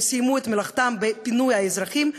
הם סיימו את מלאכתם בפינוי האזרחים,